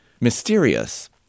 mysterious